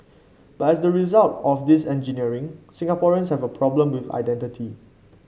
but as the result of this engineering Singaporeans have a problem with identity